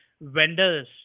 vendors